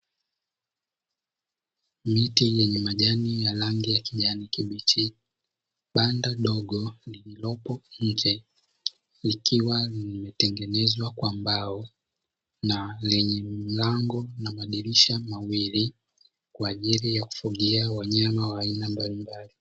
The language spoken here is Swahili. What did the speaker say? Miti yenye majani ya rangi ya kijani kibichi, banda dogo lililopo nje likiwa limetengenezwa kwa mbao na lenye mlango na madirisha mawili, kwa ajili ya kufugia wanyama wa aina mbalimbali.